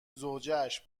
زوجهاش